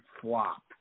flop